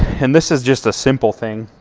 and this is just a simple thing,